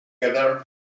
together